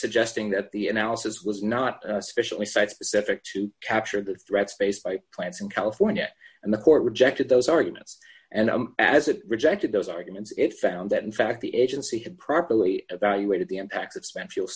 suggesting that the analysis was not sufficiently site specific to capture the threats faced by plants in california and the court rejected those arguments and as it rejected those arguments if found that in fact the agency had properly evaluated the impacts of spent fuel